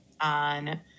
on